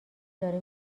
داره